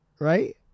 Right